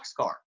boxcar